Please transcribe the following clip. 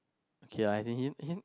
okay lah as in he he